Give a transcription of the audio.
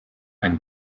einen